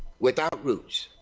without roots.